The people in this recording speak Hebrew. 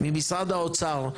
ממשרד האוצר,